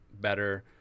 better